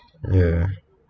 ya